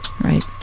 right